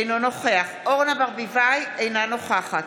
אינו נוכח אורנה ברביבאי, אינה נוכחת